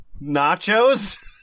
Nachos